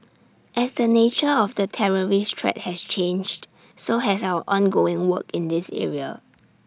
as the nature of the terrorist threat has changed so has our ongoing work in this area